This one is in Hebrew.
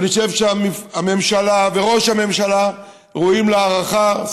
ואני חושב שהממשלה וראש הממשלה ראויים להערכה,